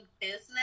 business